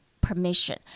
permission